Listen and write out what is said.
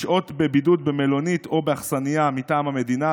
לשהות בבידוד במלונית או באכסניה מטעם המדינה.